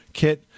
kit